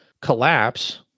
collapse